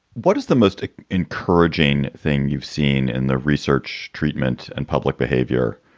what is the most encouraging thing you've seen in the research, treatment and public behavior?